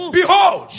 behold